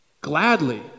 Gladly